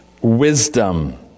wisdom